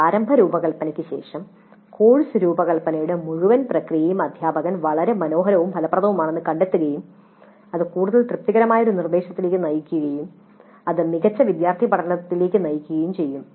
പ്രാരംഭ രൂപകൽപ്പനയ്ക്ക് ശേഷം കോഴ്സ് രൂപകൽപ്പനയുടെ മുഴുവൻ പ്രക്രിയയും അധ്യാപകർ വളരെ മനോഹരവും ഫലപ്രദവുമാണെന്ന് കണ്ടെത്തുകയും അത് കൂടുതൽ തൃപ്തികരമായ ഒരു നിർദ്ദേശത്തിലേക്ക് നയിക്കുകയും അത് മികച്ച വിദ്യാർത്ഥി പഠനത്തിലേക്ക് നയിക്കുകയും ചെയ്യും